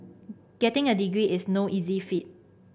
getting a degree is no easy feat